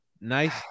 nice